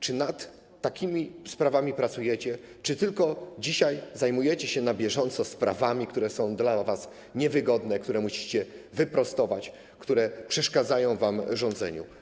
Czy nad takimi sprawami pracujecie, czy tylko zajmujecie się dzisiaj na bieżąco sprawami, które są dla was niewygodne, które musicie wyprostować, które przeszkadzają wam w rządzeniu?